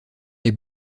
les